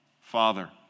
Father